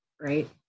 right